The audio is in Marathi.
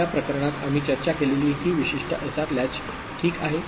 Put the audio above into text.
या प्रकरणात आम्ही चर्चा केलेली ही विशिष्ट एसआर लॅच ठीक आहे